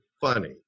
funny